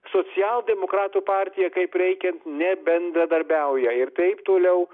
socialdemokratų partija kaip reikiant nebendradarbiauja ir taip toliau